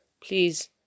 Please